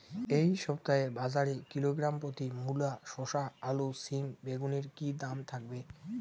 এই সপ্তাহে বাজারে কিলোগ্রাম প্রতি মূলা শসা আলু সিম বেগুনের কী দাম থাকবে?